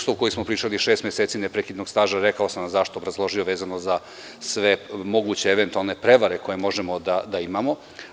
Uslov o kojem smo pričali od šest meseci neprekidnog staža, rekao sam vam zašto i obrazložio vezano za sve moguće eventualne prevare koje možemo da imamo.